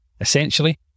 Essentially